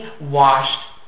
washed